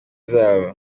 zabo